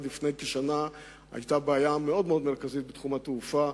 עד לפני כשנה היה בעיה מאוד מאוד מרכזית בתחום התעופה,